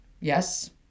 Yes